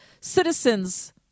citizens